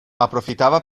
aprofitava